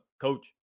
Coach